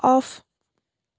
off